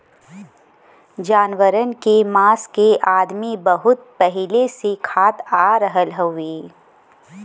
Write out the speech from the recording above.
जानवरन के मांस के अदमी बहुत पहिले से खात आ रहल हउवे